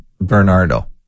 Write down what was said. Bernardo